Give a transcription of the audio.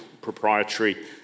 proprietary